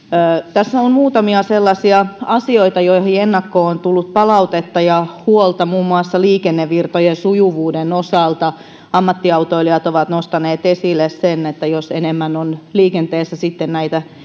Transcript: tässä on muutamia sellaisia asioita joihin liittyen ennakkoon on tullut palautetta ja huolta muun muassa liikennevirtojen sujuvuuden osalta ammattiautoilijat ovat nostaneet esille sen että enemmän on liikenteessä sitten näitä